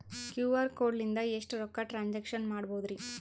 QR code ಲಿಂದ ಎಷ್ಟ ರೊಕ್ಕ ಟ್ರಾನ್ಸ್ಯಾಕ್ಷನ ಮಾಡ್ಬೋದ್ರಿ?